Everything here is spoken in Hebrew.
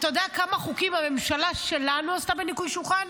אתה יודע כמה חוקים הממשלה שלנו עשתה בניקוי שולחן?